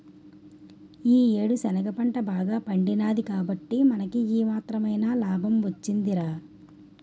ఈ యేడు శనగ పంట బాగా పండినాది కాబట్టే మనకి ఈ మాత్రమైన నాబం వొచ్చిందిరా